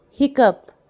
Hiccup